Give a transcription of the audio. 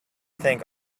think